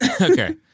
Okay